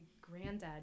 granddad